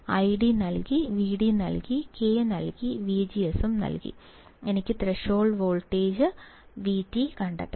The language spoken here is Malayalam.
ഐഡി നൽകി വിഡി നൽകി കെ നൽകി വിജിഎസ് നൽകി എനിക്ക് ത്രെഷോൾഡ് വോൾട്ടേജ് വിടി കണ്ടെത്തണം